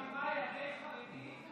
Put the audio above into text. על ידי חרדים,